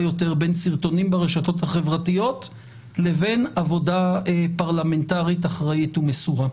יותר בין סרטונים ברשתות החברתיות לבין עבודה פרלמנטרית אחראית ומסורה.